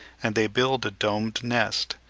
and they build a domed nest,